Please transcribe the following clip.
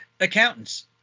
accountants